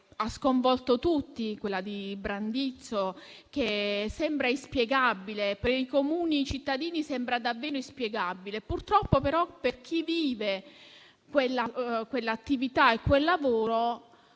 Ha sconvolto tutti quella di Brandizzo, che sembra inspiegabile; per i comuni cittadini sembra davvero inspiegabile. Purtroppo però, per chi vive quell'attività e quel lavoro,